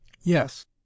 yes